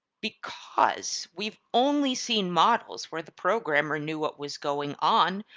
because we've only seen models where the programmer knew what was going on,